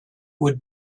would